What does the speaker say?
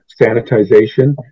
sanitization